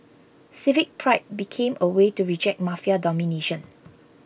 civic pride became a way to reject mafia domination